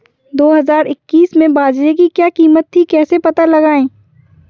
दो हज़ार इक्कीस में बाजरे की क्या कीमत थी कैसे पता लगाएँ?